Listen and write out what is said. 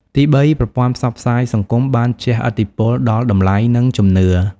ទីបី ប្រព័ន្ធផ្សព្វផ្សាយសង្គមបានជះឥទ្ធិពលដល់តម្លៃ និងជំនឿ។